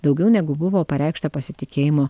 daugiau negu buvo pareikšta pasitikėjimo